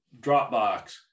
Dropbox